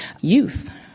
Youth